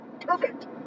perfect